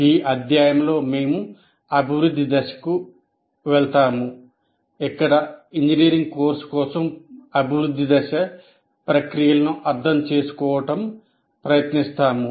ఈ అధ్యాయములో మేము అభివృద్ధి దశకు వెళ్తాము ఇక్కడ ఇంజనీరింగ్ కోర్స్ కోసం అభివృద్ధి దశ ప్రక్రియలను అర్థం చేసుకోవడం ప్రయత్నిస్తాము